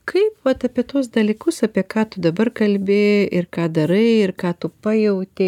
kaip vat apie tuos dalykus apie ką tu dabar kalbi ir ką darai ir ką tu pajautei